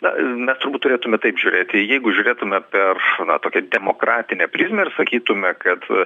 na mes turbūt turėtume taip žiūrėti jeigu žiūrėtume per na tokią demokratinę prizmę ir sakytume kad